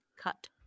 cut